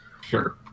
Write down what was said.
Sure